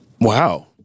wow